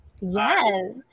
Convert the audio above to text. Yes